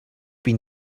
been